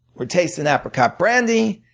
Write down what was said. we're tasting apricot brandy,